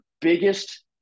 biggest